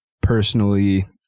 personally